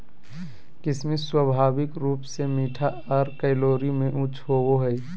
किशमिश स्वाभाविक रूप से मीठा आर कैलोरी में उच्च होवो हय